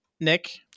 Nick